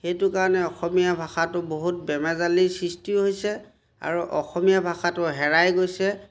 সেইটো কাৰণে অসমীয়া ভাষাটো বহুত বেমেজালিৰ সৃষ্টি হৈছে আৰু অসমীয়া ভাষাটো হেৰাই গৈছে